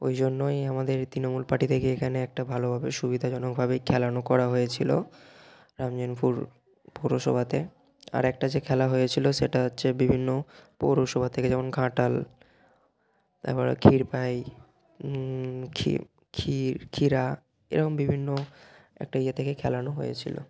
ওই জন্যই আমাদের এই তৃণমূল পার্টি থেকে এখানে একটা ভালোভাবে সুবিধাজনকভাবেই খেলানো করা হয়েছিল রামজীবনপুর পৌরসভাতে আর একটা যে খেলা হয়েছিল সেটা হচ্ছে বিভিন্ন পৌরসভা থেকে যেমন ঘাটাল তার পরে ক্ষীরপাই খি ক্ষীর ক্ষীরা এরকম বিভিন্ন একটা ইয়ে থেকে খেলানো হয়েছিল